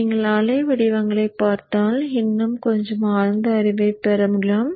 நீங்கள் அலைவடிவங்களைப் பார்த்தால் இன்னும் கொஞ்சம் ஆழ்ந்த அறிவை பெறலாம்